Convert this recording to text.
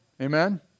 Amen